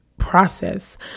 process